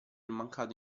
mancato